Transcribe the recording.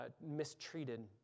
mistreated